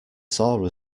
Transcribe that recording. saw